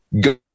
Go